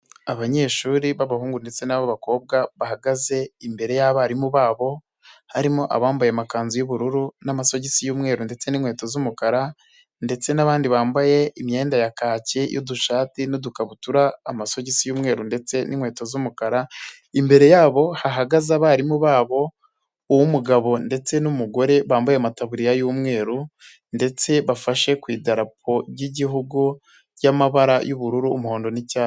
Abanyeshuri b'abahungu ndetse n'ababakobwa bahagaze imbere y'abarimu babo harimo abambaye amakanzu y'ubururu n'amasogisi y'umweru ndetse n'inkweto z'umukara ndetse n'abandi bambaye imyenda ya kaki y'udushati n'udukabutura, amasogisi y'umweru ndetse n'inkweto z'umukara. Imbere yabo hahagaze abarimu babo uw'umugabo ndetse n'umugore bambaye amatabuririya y'umweru ndetse bafashe ku idarapo ry'igihugu ry'amabara y'ubururu umuhondo n'icyatsi.